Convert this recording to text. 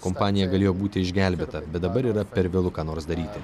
kompanija galėjo būti išgelbėta bet dabar yra per vėlu ką nors daryti